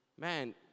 Man